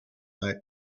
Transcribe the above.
night